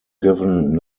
given